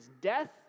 death